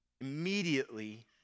Immediately